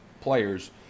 players